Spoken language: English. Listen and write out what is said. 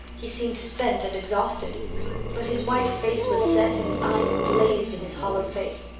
he seemed spent and exhausted but his white face was set and his eyes blazed in his hollow face.